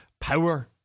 power